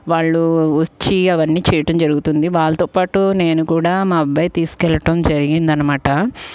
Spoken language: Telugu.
వాళ్ళు వచ్చి అవన్నీ చేయటం జరుగుతుంది వాళ్ళతో పాటు నేను కూడా మా అబ్బాయి తీసుకెళ్ళడం జరిగిందనమాట